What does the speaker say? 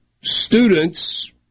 students